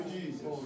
Jesus